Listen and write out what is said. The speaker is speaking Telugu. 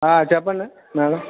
చెప్పండి మేడం